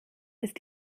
ist